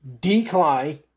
decline